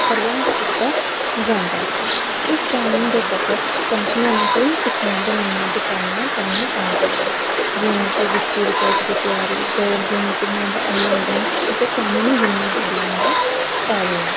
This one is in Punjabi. ਪ੍ਰਬੰਧ ਕੀਤਾ ਜਾਂਦਾ ਹੈ ਇਸ ਕਾਨੂੰਨ ਦੇ ਤਹਿਤ ਕੰਪਨੀਆਂ ਨੂੰ ਕਈ ਕਿਸਮਾਂ ਦੇ ਨਿਯਮਾਂ ਦੀ ਪਾਲਣਾ ਕਰਨੀ ਪੈਂਦੀ ਹੈ ਜਿਵੇਂ ਕਿ ਵਿੱਤੀ ਰਿਪੋਰਟ ਦੀ ਤਿਆਰੀ ਬੋਰਡ ਦੀ ਮੀਟਿੰਗਾਂ ਦਾ ਆਯੋਜਨ ਅਤੇ ਕਾਨੂੰਨੀ ਜ਼ਿੰਮੇਵਾਰੀਆਂ ਦੀ ਪਾਲਣਾ